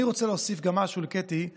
אני רוצה להוסיף גם משהו לקטי,